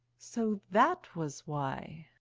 so that was why!